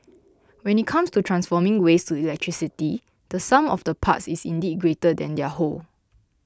when it comes to transforming waste to electricity the sum of the parts is indeed greater than their whole